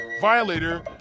Violator